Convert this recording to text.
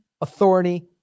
authority